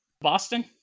Boston